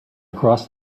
across